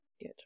Good